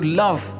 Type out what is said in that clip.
love